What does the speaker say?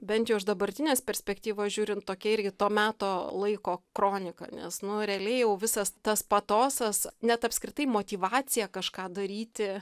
bent jau iš dabartinės perspektyvos žiūrint tokia irgi to meto laiko kronika nes nu realiai jau visas tas patosas net apskritai motyvacija kažką daryti